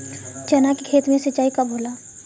चना के खेत मे सिंचाई कब होला?